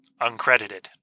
uncredited